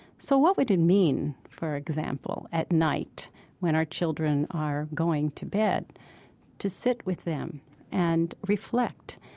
so what would it mean, for example, at night when our children are going to bed to sit with them and reflect?